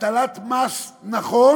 והטלת מס נכון,